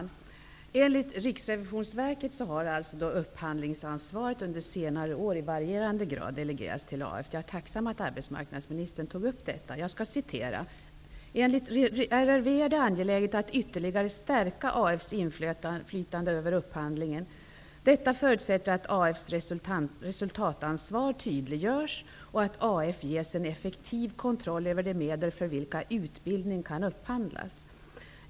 Herr talman! Enligt RRV har upphandlingsansvaret under senare år i varierande grad delegerats till AF, dvs. arbetsförmedlingarna. Jag är tacksam att arbetsmarknadsministern tog upp detta. Jag skall citera ur RRV:s rapport: ''Enligt RRV är det angeläget att ytterligare stärka AF:s inflytande över upphandlingen. Detta förutsätter att AF:s resultatansvar tydliggörs, och att AF ges en effektiv kontroll över de medel för vilka utbildning kan upphandlas.